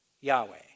Yahweh